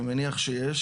ואני מניח שיש,